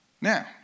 Now